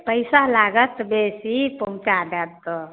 पैसा लागत बेसी पहुँचा देब तऽ